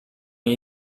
jej